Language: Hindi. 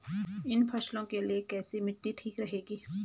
इन फसलों के लिए कैसी मिट्टी ठीक रहेगी?